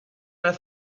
dal